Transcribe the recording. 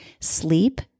sleep